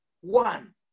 one